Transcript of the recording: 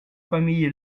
famille